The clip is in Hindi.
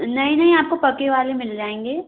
नहीं नहीं आपको पके वाले मिल जाएँगे